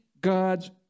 God's